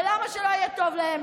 ולמה שלא יהיה טוב להם?